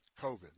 COVID